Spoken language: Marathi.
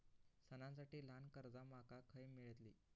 सणांसाठी ल्हान कर्जा माका खय मेळतली?